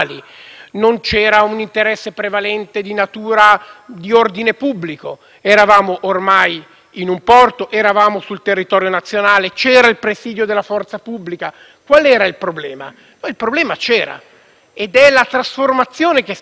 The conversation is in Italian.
in un porto, sul territorio nazionale, e c'era il presidio della forza pubblica: quale era il problema? Il problema c'era ed è dovuto alla trasformazione che sta avendo la nostra democrazia, purtroppo insieme a molte altre: noi stiamo passando dalla democrazia